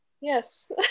Yes